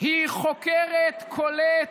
היא חוקרת, כולאת,